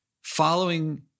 following